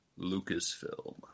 Lucasfilm